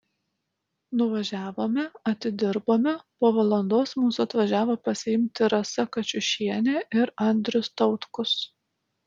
nuvažiavome atidirbome po valandos mūsų atvažiavo pasiimti rasa kačiušienė ir andrius tautkus